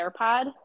AirPod